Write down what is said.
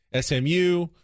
SMU